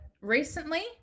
recently